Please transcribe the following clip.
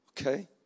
Okay